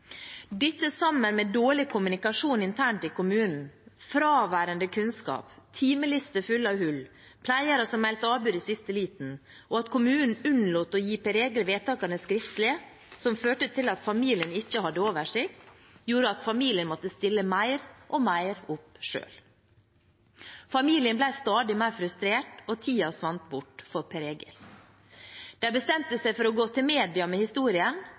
Dette, sammen med dårlig kommunikasjon internt i kommunen, fraværende kunnskap, timelister fulle av hull, pleiere som meldte avbud i siste liten, og at kommunen unnlot å gi Per Egil vedtakene skriftlig, noe som førte til at familien ikke hadde oversikt, gjorde at familien mer og mer måtte stille opp selv. Familien ble stadig mer frustrert, og tiden svant bort for Per Egil. De bestemte seg for å gå til media med historien,